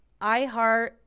iHeart